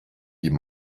die